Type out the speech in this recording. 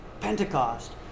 pentecost